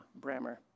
Brammer